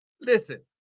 listen